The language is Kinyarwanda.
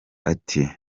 ati